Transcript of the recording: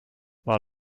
war